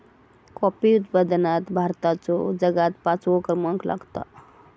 coffee उत्पादनात भारताचो जगात पाचवो क्रमांक लागता